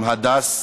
עם הדס.